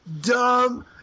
dumb